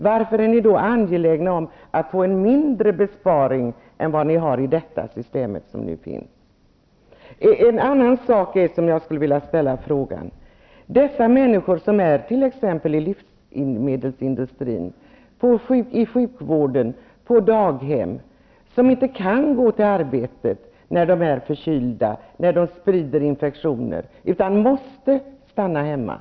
Varför är ni då angelägna om att få en mindre besparing än vad ni har i det system som nu finns? Jag skulle också vilja ta upp en annan sak. Människor som arbetar t.ex. i livsmedelsindustrin, inom sjukvården och på daghem kan inte gå till arbetet när de är förkylda och när de sprider infektioner, utan de måste stanna hemma.